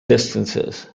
distances